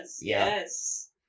Yes